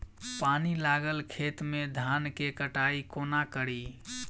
पानि लागल खेत मे धान केँ कटाई कोना कड़ी?